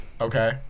Okay